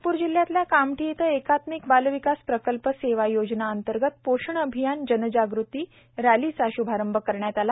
नागपूर जिल्ह्यातल्या कामठी येथे एकात्मिक बाल विकास प्रकल्प सेवा योजना अंतर्गत पोषण अभियान जनजागृती जागृती रॅलीचा श्भारंभ करण्यात आला